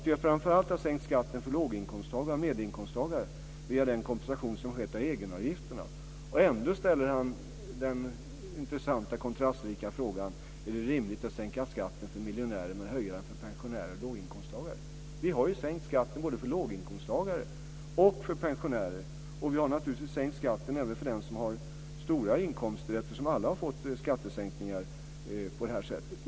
Vi har framför allt sänkt skatten för låginkomsttagare och medelinkomsttagare via den kompensation som har skett av egenavgifterna. Ändå ställer han den intressanta kontrastrika frågan: Är det rimligt att sänka skatten för miljonärer men höja den för pensionärer och låginkomsttagare? Vi har ju sänkt skatten både för låginkomsttagare och för pensionärer. Och vi har naturligtvis sänkt skatten även för den som har stora inkomster eftersom alla har fått skattesänkningar på det här sättet.